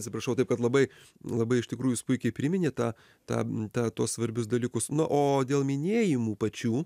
atsiprašau taip kad labai labai iš tikrųjų jūs puikiai priminė tą tą tą tuos svarbius dalykus na o dėl minėjimų pačių